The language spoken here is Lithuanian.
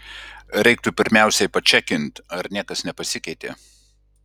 reiktų pirmiausiai pačekint ar niekas nepasikeitė